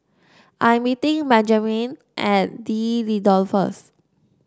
I'm meeting Benjamen at D'Leedon first